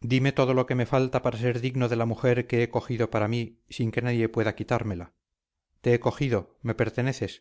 dime todo lo que me falta para ser digno de la mujer que he cogido para mí sin que nadie pueda quitármela te he cogido me perteneces